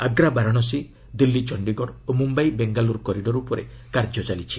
ଆଗ୍ରା ବାରାଣସୀ ଦିଲ୍ଲ ଚଣ୍ଡୀଗଡ଼ ଓ ମୁମ୍ବାଇ ବେଙ୍ଗାଲୁରୁ କରିଡର୍ ଉପରେ କାର୍ଯ୍ୟ ଚାଲିଛି